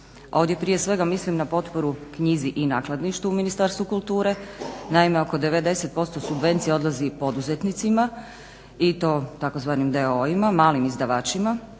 Ovdje prije svega mislim na potporu knjizi i nakladništvu u Ministarstvu kulture. Naime, oko 90% subvencija odlazi poduzetnicima i to tzv. d.o.o.-ima, malim izdavačima,